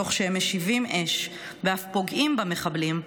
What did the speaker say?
תוך שהם משיבים אש ואף פוגעים במחבלים,